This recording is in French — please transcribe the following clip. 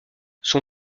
son